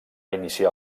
iniciar